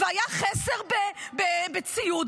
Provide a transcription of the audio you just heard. היה חסר בציוד,